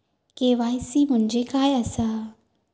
KYC म्हणजे काय आसा?